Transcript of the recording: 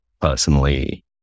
personally